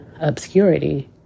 obscurity